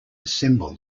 assemble